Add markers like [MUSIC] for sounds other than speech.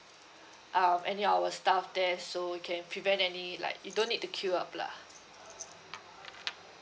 um any of our staff there so you can prevent any like you don't need to queue up lah [NOISE]